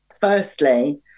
Firstly